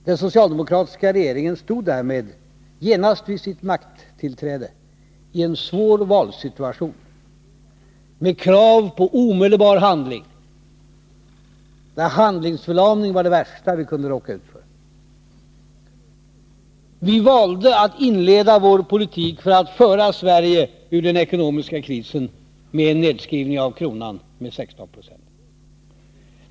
Den socialdemokratiska regeringen stod därmed genast vid sitt tillträde i en svår valsituation med krav på omedelbar handling. Handlingsförlamning var det värsta vi kunde råka ut för. Vi valde att inleda vår politik för att föra Sverige ur den ekonomiska krisen med en nedskrivning av kronan med 16 9.